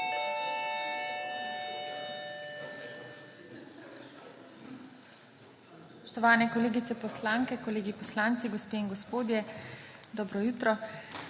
Spoštovane kolegice poslanke, kolegi poslanci, gospe in gospodje, dobro jutro!